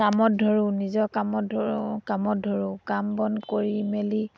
কামত ধৰোঁ নিজৰ কামত ধৰোঁ কামত ধৰোঁ কাম বন কৰি মেলি